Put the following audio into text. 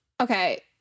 Okay